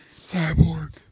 Cyborg